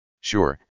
Sure